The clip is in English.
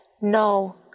no